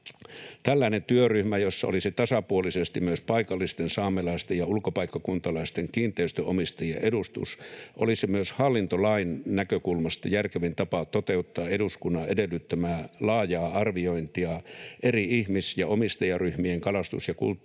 Tällainen työryhmä, jossa olisi tasapuolisesti myös paikallisten saamelaisten ja ulkopaikkakuntalaisten kiinteistönomistajien edustus, olisi myös hallintolain näkökulmasta järkevin tapa toteuttaa eduskunnan edellyttämää laajaa arviointia eri ihmis- ja omistajaryhmien kalastus- ja kulttuurioikeuksien